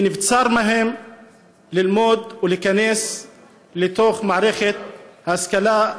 כי נבצר מהם ללמוד ולהיכנס למערכת ההשכלה,